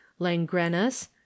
Langrenus